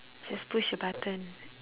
just push a button